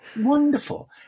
Wonderful